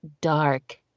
dark